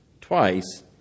twice